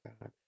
God